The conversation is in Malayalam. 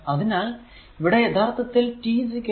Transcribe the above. അതിനാൽ ഇവിടെ യഥാർത്ഥത്തിൽ t 0